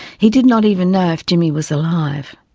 he did not even know if jimmy was alive,